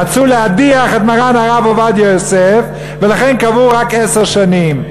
רצו להדיח את מרן הרב עובדיה יוסף ולכן קבעו רק עשר שנים.